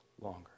longer